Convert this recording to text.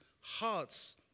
hearts